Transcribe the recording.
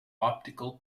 optical